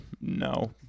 No